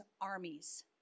armies